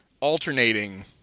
alternating